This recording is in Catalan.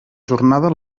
jornada